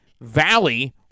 Valley